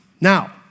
now